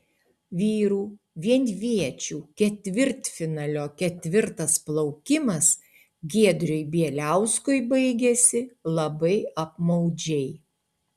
vyrų vienviečių ketvirtfinalio ketvirtas plaukimas giedriui bieliauskui baigėsi labai apmaudžiai